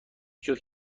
جفت